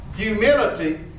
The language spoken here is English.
Humility